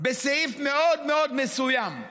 בסעיף מאוד מאוד מסוים,